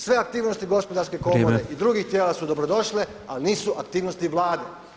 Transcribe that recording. Sve aktivnosti Gospodarske komore [[Upadica predsjednik: Vrijeme.]] i drugih tijela su dobrodošle, ali nisu aktivnosti Vlade.